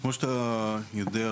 כמו שאתה יודע,